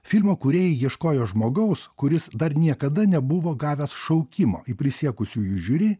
filmo kūrėjai ieškojo žmogaus kuris dar niekada nebuvo gavęs šaukimo į prisiekusiųjų žiuri